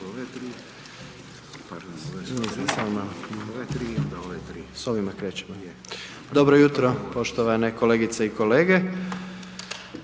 Dobro jutro poštovane kolegice i kolege.